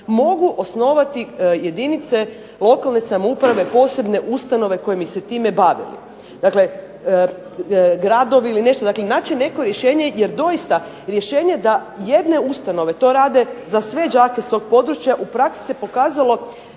mogu osnovati jedinice lokalne samouprave posebne ustanove koje bi se time bavili. Dakle, gradovi ili nešto. Znači, naći neko rješenje jer doista rješenje da jedne ustanove to rade za sve đake s tog područja u praksi se pokazalo